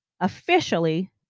Officially